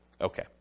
Okay